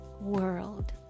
world